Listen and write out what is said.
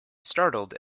startled